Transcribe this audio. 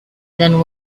than